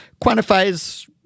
quantifies